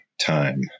time